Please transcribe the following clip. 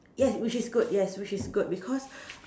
ya which is good yes which is good because